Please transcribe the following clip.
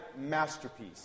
masterpiece